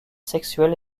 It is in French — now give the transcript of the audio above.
sexuels